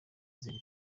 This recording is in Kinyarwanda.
ziri